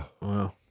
Wow